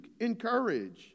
encourage